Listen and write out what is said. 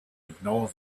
ignore